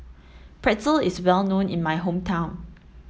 Pretzel is well known in my hometown